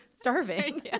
starving